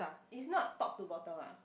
it's not top to bottom ah